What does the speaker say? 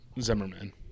Zimmerman